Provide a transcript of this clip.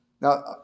Now